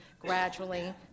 gradually